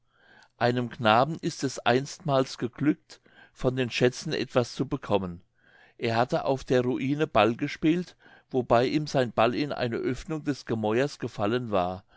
einem knaben ist es einstmals geglückt von den schätzen etwas zu bekommen er hatte auf der ruine ball gespielt wobei ihm sein ball in eine oeffnung des gemäuers gefallen war